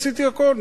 עשיתי הכול,